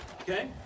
Okay